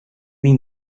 mean